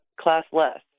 Classless